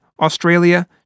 Australia